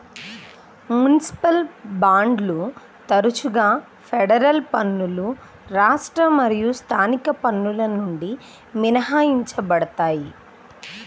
municipal బాండ్లు తరచుగా federal పన్నులు రాష్ట్ర మరియు స్థానిక పన్నుల నుండి మినహాయించబడతాయి